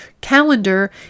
calendar